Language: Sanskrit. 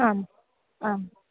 आम् आम्